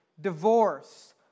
divorce